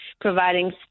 providing